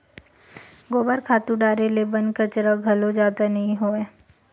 गोबर खातू डारे ले बन कचरा घलो जादा नइ होवय